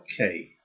okay